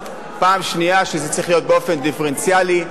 2. שזה צריך להיות באופן דיפרנציאלי.